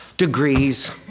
Degrees